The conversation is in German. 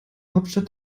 hauptstadt